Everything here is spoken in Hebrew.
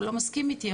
או לא מסכים איתי,